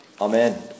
Amen